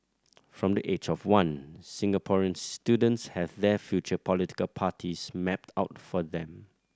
from the age of one Singaporean students have their future political parties mapped out for them